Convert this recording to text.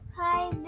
Hi